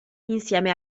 insieme